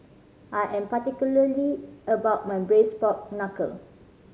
I am particularly about my Braised Pork Knuckle